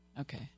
Okay